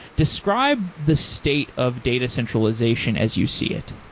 described the state of data centralization as you see it.